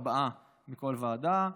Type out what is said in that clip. ארבעה מכל ועדה,